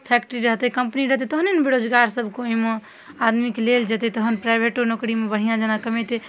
factory रहतै company रहतै तहने ने बेरोजगारसभके ओहिमे आदमीके लेल जेतै तहन प्राइवेटो नौकरीमे बढ़िआँजकाँ कमेतै